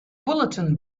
bulletin